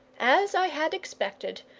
as i had expected,